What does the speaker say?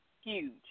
huge